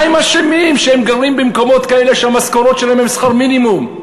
מה הם אשמים שהם גרים במקומות כאלה שהמשכורות שלהם הן שכר מינימום?